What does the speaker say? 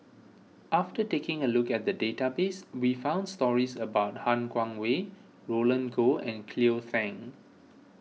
after taking a look at the database we found stories about Han Guangwei Roland Goh and Cleo Thang